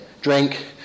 drink